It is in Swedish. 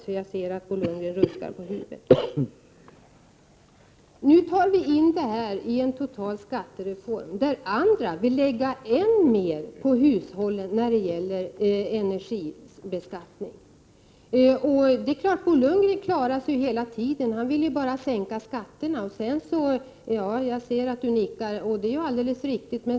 Jag ser att Bo Lundgren skakar på huvudet. Vi tar in detta i en total skattereform, där andra vill lägga än mer på hushållen när det gäller energibeskattning. Det är klart att Bo Lundgren hela tiden klarar sig — han vill ju bara sänka skatterna. Jag ser att han nickar instämmande.